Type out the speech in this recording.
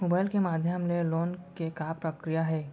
Mobile के माधयम ले लोन के का प्रक्रिया हे?